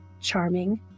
charming